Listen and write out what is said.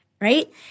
right